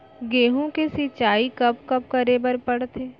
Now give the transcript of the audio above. गेहूँ के सिंचाई कब कब करे बर पड़थे?